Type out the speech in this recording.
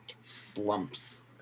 slumps